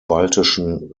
baltischen